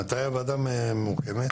מתי הוועדה מוקמת?